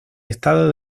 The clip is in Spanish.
estado